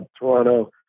Toronto